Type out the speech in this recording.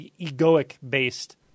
egoic-based